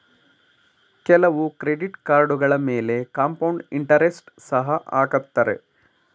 ಕೆಲವು ಕ್ರೆಡಿಟ್ ಕಾರ್ಡುಗಳ ಮೇಲೆ ಕಾಂಪೌಂಡ್ ಇಂಟರೆಸ್ಟ್ ಸಹ ಹಾಕತ್ತರೆ